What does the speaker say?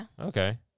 Okay